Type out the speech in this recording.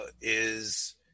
is-